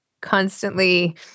constantly